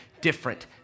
different